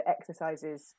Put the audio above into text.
exercises